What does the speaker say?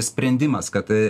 sprendimas kad